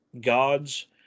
gods